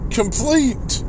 complete